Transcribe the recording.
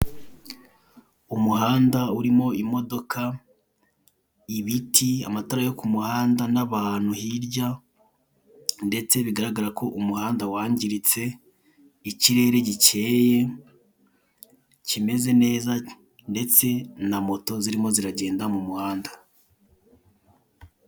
Umuhanda urimo imodoka, ibiti, amatara yokumuhanda nabantu hirya ndetse bigaragako umuhanda wangiritse, ikirere gicye kimeze neza ndetse na moto zirimo kujyenda mumuhanda.